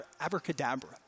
abracadabra